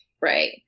Right